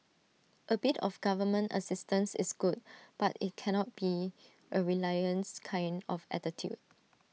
A bit of government assistance is good but IT cannot be A reliance kind of attitude